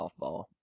softball